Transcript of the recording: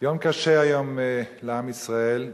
יום קשה היום לעם ישראל,